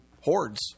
hordes